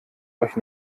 euch